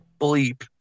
bleep